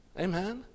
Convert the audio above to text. Amen